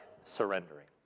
surrendering